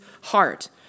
heart